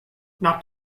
not